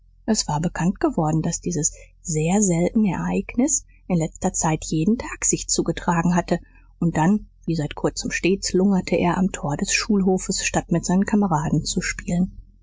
es war bekannt geworden daß dieses sehr seltene ereignis in letzter zeit jeden tag sich zugetragen hatte und dann wie seit kurzem stets lungerte er am tor des schulhofes statt mit seinen kameraden zu spielen